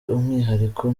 umwihariko